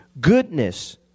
goodness